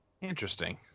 Interesting